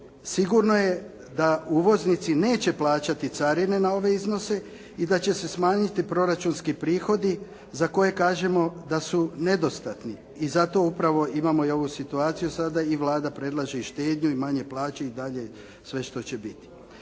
sigurno je da uvoznici neće plaćati carine na ove iznose i da će se smanjiti proračunski prihodi za koje kažemo da su nedostatni. I zato upravo imamo i ovu situaciju sada i Vlada predlaže i štednju i manje plaće i dalje sve što će biti.